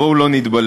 בואו לא נתבלבל.